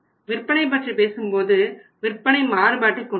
விற்பனை பற்றி பேசும்போது விற்பனை மாறுபாட்டை கொண்டுவரும்